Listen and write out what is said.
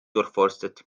durchforstet